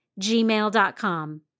gmail.com